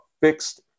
fixed